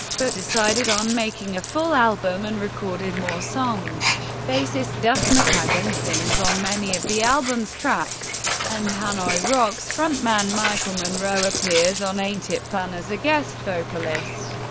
but decided on making a full album and recorded more songs bassist duff mckagan sings on many of the album's tracks and hanoi rocks frontman michael monroe appears on ain't it fun as a guest vocalist.